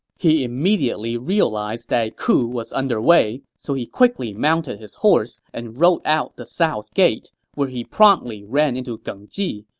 he immediately realized that a coup was under way, so he quickly mounted his horse and rode out the south gate, where he promptly ran into geng ji,